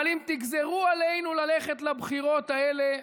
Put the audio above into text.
אבל אם תגזרו עלינו ללכת לבחירות האלה,